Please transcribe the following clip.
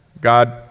God